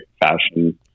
fashion